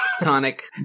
Tonic